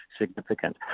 significant